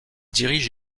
dirige